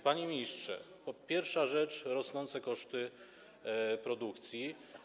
Panie ministrze, pierwsza rzecz - rosnące koszty produkcji.